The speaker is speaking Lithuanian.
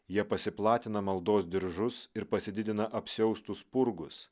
jie prasiplatina maldos diržus ir pasididina apsiaustų spurgus